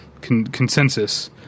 consensus